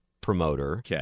promoter